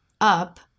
up